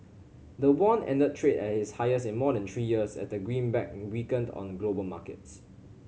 the won ended trade at its highest in more than three years as the greenback weakened on global markets